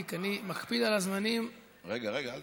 אני מקפיד על הזמנים הלילה.